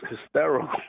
hysterical